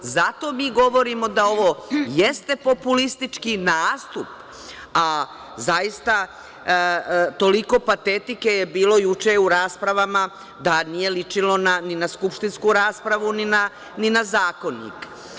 Zato mi govorimo da ovo jeste populistički nastup, a zaista toliko patetike je bilo juče u raspravama da nije ličilo ni na skupštinsku raspravu ni na zakonik.